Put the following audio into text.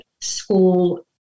school